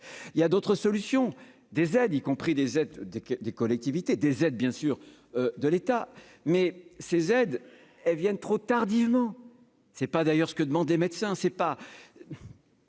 il y a d'autres solutions, des aides, y compris des aides des que des collectivités, des aides bien sûr de l'État, mais ces aides, elles viennent trop tardivement, c'est pas d'ailleurs ce que demandent des médecins, c'est pas.